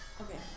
Okay